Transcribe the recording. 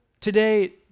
today